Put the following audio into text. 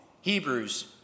Hebrews